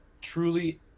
truly